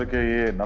ah a